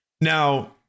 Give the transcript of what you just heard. Now